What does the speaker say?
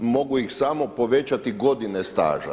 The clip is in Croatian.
Mogu ih samo povećati godine staža.